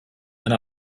and